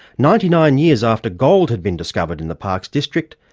ninety-nine years after gold had been discovered in the parkes district,